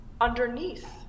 underneath